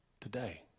today